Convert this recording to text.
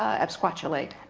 absquatulate.